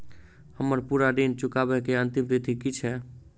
हम्मर पूरा ऋण चुकाबै केँ अंतिम तिथि की छै?